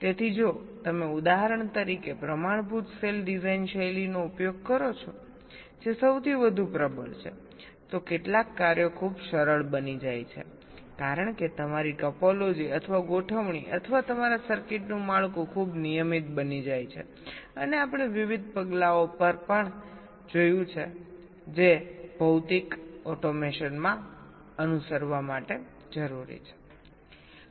તેથી જો તમે ઉદાહરણ તરીકે સ્ટાન્ડર્ડ સેલ ડિઝાઇન શૈલીનો ઉપયોગ કરો છો જે સૌથી વધુ પ્રબળ છે તો કેટલાક કાર્યો ખૂબ સરળ બની જાય છે કારણ કે તમારી ટોપોલોજી અથવા ગોઠવણી અથવા તમારા સર્કિટનું માળખું ખૂબ નિયમિત બની જાય છે અને આપણે વિવિધ પગલાંઓ પર પણ જોયું જે ભૌતિક ઓટોમેશનમાં અનુસરવા માટે જરૂરી છે